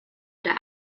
der